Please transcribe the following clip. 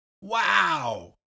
Wow